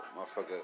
motherfucker